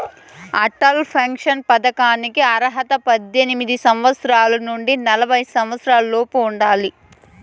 Atal pension పథకానికి అర్హతగా పద్దెనిమిది సంవత్సరాల నుండి నలభై సంవత్సరాలలోపు ఉండాలి